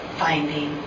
finding